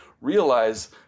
realize